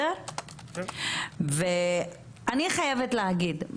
אני חייבת להגיד,